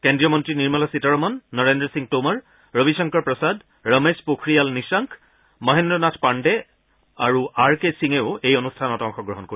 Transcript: কেন্দ্ৰীয় মন্ত্ৰী নিৰ্মলা সীতাৰমন নৰেন্দ্ৰ সিং তোমৰ ৰবিশংকৰ প্ৰসাদ ৰমেশ পোখ্ৰিয়াল নিশ্বাংক মহেদ্ৰ নাথ পাণ্ডে আৰু আৰ কে সিঙেও এই অনুষ্ঠানত অংশগ্ৰহণ কৰিব